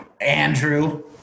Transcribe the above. Andrew